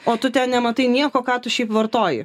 o tu ten nematai nieko ką tu šiaip vartoji